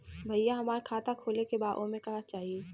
भईया हमार खाता खोले के बा ओमे का चाही?